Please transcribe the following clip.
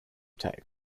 type